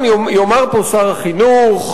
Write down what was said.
נא לאפשר לחבר הכנסת חנין להמשיך.